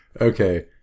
Okay